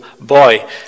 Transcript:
boy